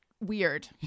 weird